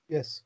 Yes